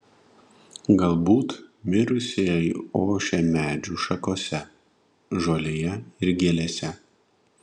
galbūt mirusieji ošia medžių šakose žolėje ir gėlėse